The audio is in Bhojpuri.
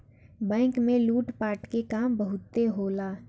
बैंक में लूट पाट के काम बहुते होला